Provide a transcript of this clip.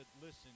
listen